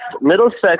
Middlesex